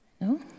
No